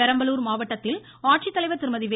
பெரம்லூர் மாவட்டத்தில் ஆட்சித்தலைவர் திருமதி வே